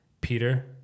Peter